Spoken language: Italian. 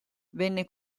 venne